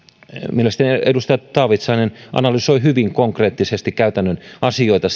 mielestäni edustaja taavitsainen analysoi hyvin konkreettisesti käytännön asioita